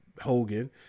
Hogan